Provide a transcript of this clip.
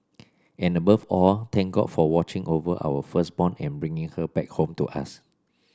and above all thank God for watching over our firstborn and bringing her back home to us